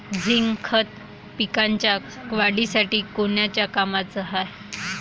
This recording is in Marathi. झिंक खत पिकाच्या वाढीसाठी कोन्या कामाचं हाये?